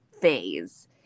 phase